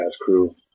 crew